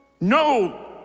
No